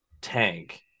tank